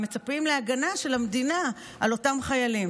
ומצפים להגנה של המדינה על אותם חיילים